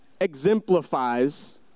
exemplifies